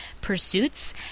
pursuits